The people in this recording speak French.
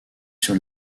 sur